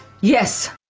Yes